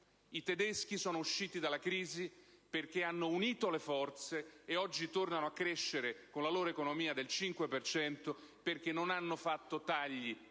i tedeschi sono usciti dalla crisi perché hanno unito le forze e oggi tornano a crescere con la loro economia del 5 per cento perché non hanno fatto tagli